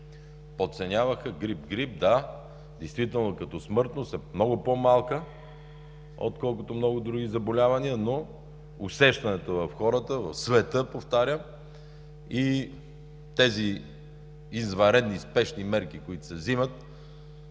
подценяваха – грип, грип. Да, действително смъртността е много по-малка, отколкото от много други заболявания, но усещането в хората, в света, повтарям, и тези извънредни, спешни мерки, които се вземат,